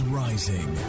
rising